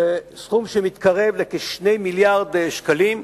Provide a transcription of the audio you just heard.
סכום שמתקרב ל-2 מיליארדי שקלים,